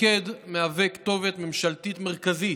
המוקד מהווה כתובת ממשלתית מרכזית